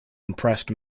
impressed